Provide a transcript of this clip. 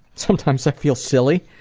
sometimes i feel silly,